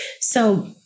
So-